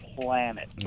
planet